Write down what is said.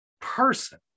person